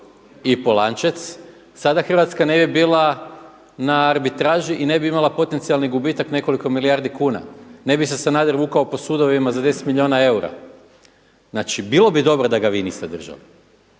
i Polančec sada Hrvatska ne bi bila na arbitraži i ne bi imala potencijalni gubitak nekoliko milijardi kuna. Ne bi se Sanader vukao po sudovima za 10 milijuna eura. Znači, bilo bi dobro da ga vi niste držali.